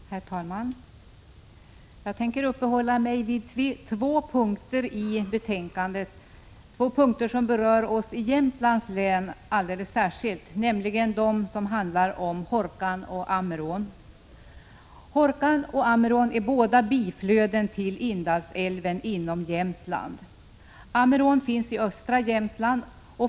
Herr talman! Jag tänker uppehålla mig vid två punkter i betänkandet som berör oss i Jämtlands län särskilt, nämligen de som handlar om Hårkan och Ammerån. Hårkan och Ammerån är båda biflöden till Indalsälven i Jämtland. Ammerån finns i östra Jämtland.